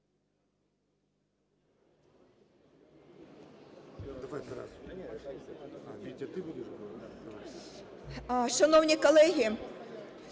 Шановні колеги,